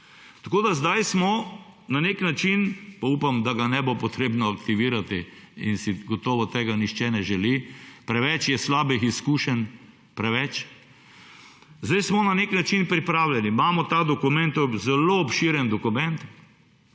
Tako da sedaj smo na nek način, pa upam, da ga ne bo potrebno aktivirati in si gotovo tega nihče ne želi, preveč je slabih izkušenj, preveč. Sedaj smo na nek način pripravljeni. Imamo ta dokument, to je zelo obširen dokument,